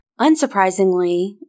Unsurprisingly